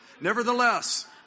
Nevertheless